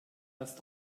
erst